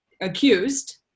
accused